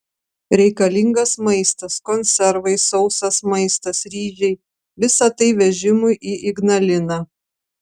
reikalingas maistas konservai sausas maistas ryžiai visa tai vežimui į ignaliną